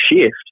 shift